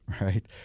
right